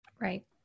Right